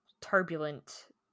turbulent